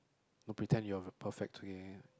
don't pretend you're very perfect okay